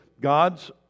God's